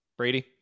Brady